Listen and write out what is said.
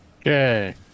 Okay